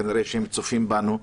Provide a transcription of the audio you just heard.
כנראה הם צופים בנו.